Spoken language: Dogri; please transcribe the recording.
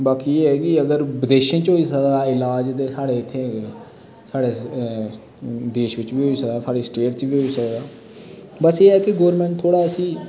बाकी एह् ऐ की अगर विदेशे च होई सकदा इलाज ते साढ़ै इत्थे साढ़ै देश बिच बी होई सकदा साढ़ै स्टेट च बी होई सकदा बस्स एह् ऐ की गोरमेंट थोह्ड़ा इस्सी